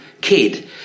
kid